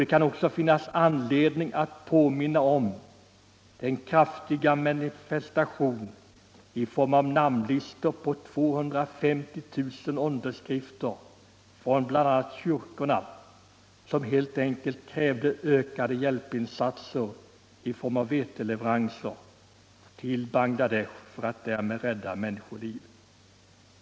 Det kan också finnas anledning att påminna om den kraftiga manifestation — i form av namnlistor med 250 000 underskrifter från bl.a. kyrkorna — som krävde ökade hjälpinsatser i form av veteleveranser till Bangladesh för att därmed rädda människoliv.